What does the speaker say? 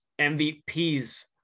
MVPs